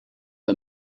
the